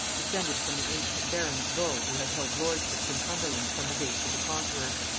descended from the ancient barons vaux who had held lordships in cumberland from the days of the conqueror.